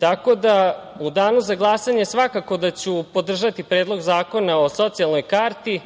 zanimaju.U danu za glasanje svakako da ću podržati Predlog zakona o socijalnoj karti,